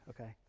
Okay